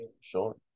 Sure